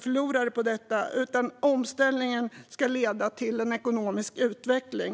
förlorare på detta, utan omställningen ska också leda till ekonomisk utveckling.